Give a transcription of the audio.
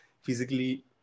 physically